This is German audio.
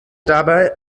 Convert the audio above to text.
dabei